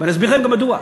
ואני אסביר לכם גם מדוע.